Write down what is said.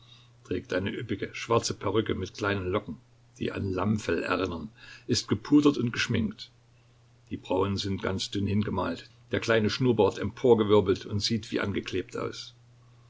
trägt eine üppige schwarze perücke mit kleinen locken die an lammfell erinnern ist gepudert und geschminkt die brauen sind ganz dünn hingemalt der kleine schnurrbart emporgewirbelt und sieht wie angeklebt aus